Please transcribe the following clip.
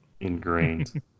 ingrained